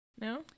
No